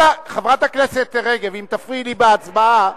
חברת הכנסת רגב, אם תפריעי לי בהצבעה,